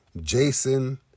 Jason